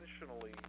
intentionally